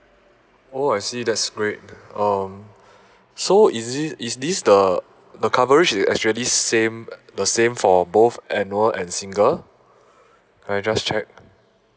oh I see that's great um so is it is this the the coverage is actually same the same for both annual and single can I just check